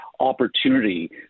opportunity